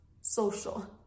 social